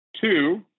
Two